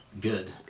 good